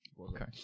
Okay